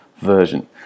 Version